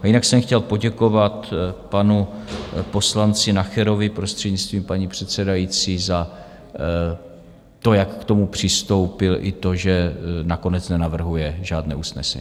A jinak jsem chtěl poděkovat panu poslanci Nacherovi, prostřednictvím paní předsedající, za to, jak k tomu přistoupil, i to, že nakonec nenavrhuje žádné usnesení.